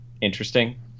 interesting